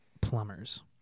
Plumbers